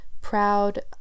proud